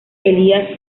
elias